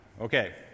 Okay